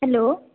hello